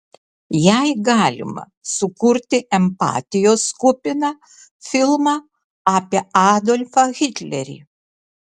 jei galima sukurti empatijos kupiną filmą apie adolfą hitlerį